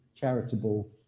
charitable